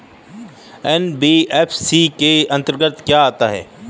NBFC के अंतर्गत क्या आता है?